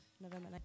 November